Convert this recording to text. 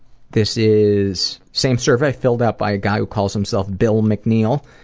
this is same survey, filled out by a guy who calls himself bill mcneil.